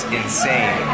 insane